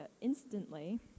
instantly